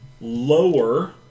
lower